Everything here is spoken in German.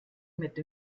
mit